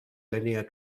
linear